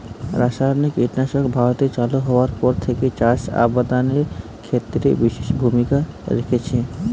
রাসায়নিক কীটনাশক ভারতে চালু হওয়ার পর থেকেই চাষ আবাদের ক্ষেত্রে বিশেষ ভূমিকা রেখেছে